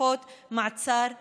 וחלופות מעצר נסגרות.